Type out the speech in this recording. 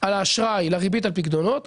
על האשראי לריבית הפיקדונות,